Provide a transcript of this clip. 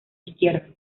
izquierdo